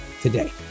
Today